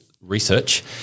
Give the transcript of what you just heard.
research